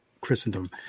Christendom